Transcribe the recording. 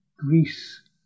Greece